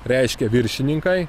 reiškia viršininkai